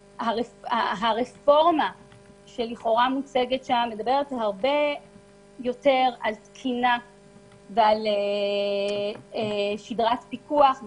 הרפורמה שלכאורה מוצגת שם מדברת הרבה יותר על תקינה ועל שגרת פיקוח,